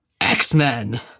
X-Men